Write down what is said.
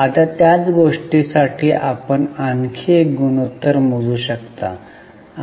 आता त्याच गोष्टीसाठी आपण आणखी एक गुणोत्तर मोजू शकता